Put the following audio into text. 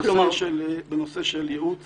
בנושא של ייעוץ